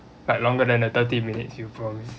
but longer than the thirty minutes you promise